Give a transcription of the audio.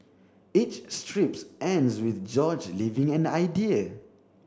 each strips ends with George leaving an idea